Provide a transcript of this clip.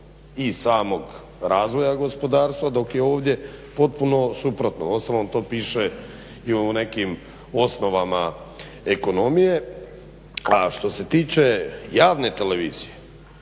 i samog razvoja gospodarstva, dok je ovdje potpuno suprotno. Uostalom to piše i u nekim osnovama ekonomije. A što se tiče javne televizije,